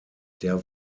der